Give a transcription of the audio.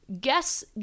guess